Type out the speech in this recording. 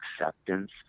acceptance